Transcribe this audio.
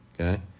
Okay